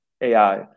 AI